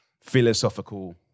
philosophical